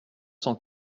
cent